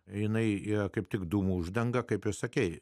jinai ir kaip tik dūmų uždanga kaip sakei